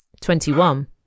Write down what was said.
Twenty-one